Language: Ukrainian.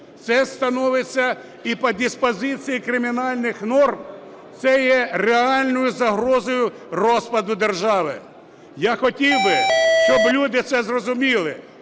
Це становиться і по диспозиції кримінальних норм це є реальною загрозою розпаду держави. Я хотів би, щоб люди це зрозуміли.